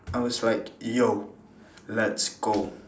I was like yo let's go